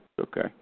Okay